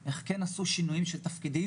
אנחנו חושבים שצריך יותר כלים רכים להתמודד עם זה.